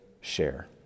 share